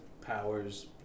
powers